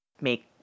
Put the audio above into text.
make